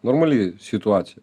normali situacija